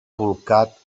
bolcat